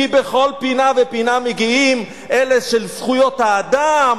כי בכל פינה ופינה מגיעים אלה של זכויות האדם,